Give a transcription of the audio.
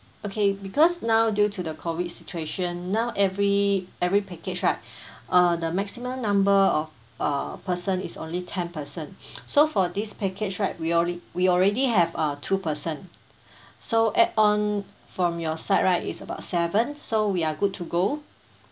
okay because now due to the COVID situation now every every package right uh the maximum number of uh person is only ten person so for this package right we oly~ we already have uh two person so add on from your side right is about seven so we're good to go